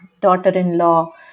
daughter-in-law